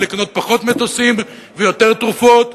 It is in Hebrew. ולקנות פחות מטוסים ויותר תרופות,